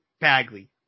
Bagley